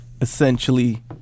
essentially